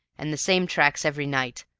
an' the same tracks every night,